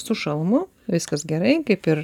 su šalmu viskas gerai kaip ir